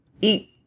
Eat